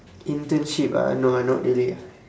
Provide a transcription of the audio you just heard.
internship ah no ah not really ah